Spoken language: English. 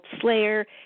slayer